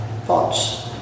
thoughts